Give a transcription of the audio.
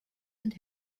and